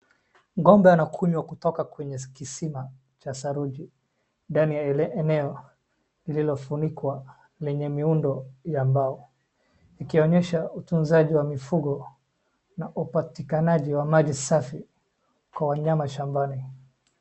Ng'ombe anakunywa kutoka kwenye kisima cha saruji. Ndani ya ile eneo lililofunikwa lenye miundo ya mbao ikionyesha utunzaji wa mifugo na upatikanaji wa maji safi kwa wanyama shambani.